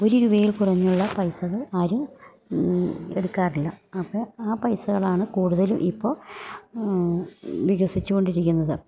ഒരു രൂപയിൽ കുറഞ്ഞുള്ള പൈസകൾ ആരും എടുക്കാറില്ല അപ്പം ആ പൈസകളാണ് കൂടുതലും ഇപ്പോൾ വികസിച്ചു കൊണ്ടിരിക്കുന്നത്